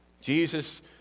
Jesus